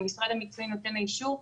למשרד המקצועי נותן האישור,